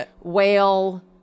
whale